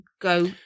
go